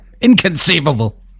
Inconceivable